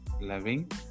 loving